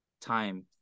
time